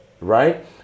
right